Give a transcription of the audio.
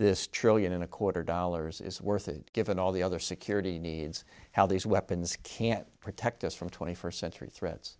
this trillion and a quarter dollars is worth it given all the other security needs how these weapons can protect us from twenty first century threats